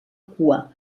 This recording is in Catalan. cua